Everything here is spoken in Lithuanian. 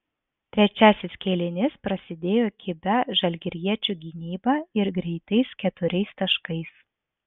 trečiasis kėlinys prasidėjo kibia žalgiriečių gynyba ir greitais keturiais taškais